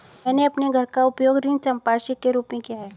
मैंने अपने घर का उपयोग ऋण संपार्श्विक के रूप में किया है